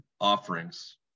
offerings